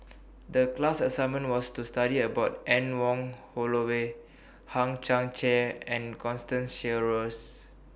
The class assignment was to study about Anne Wong Holloway Hang Chang Chieh and Constance Sheares